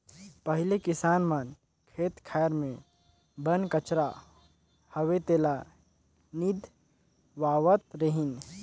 पहिले किसान मन खेत खार मे बन कचरा होवे तेला निंदवावत रिहन